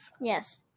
Yes